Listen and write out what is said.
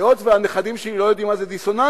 היות שהנכדים שלי לא יודעים מה זה דיסוננסים,